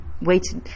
waited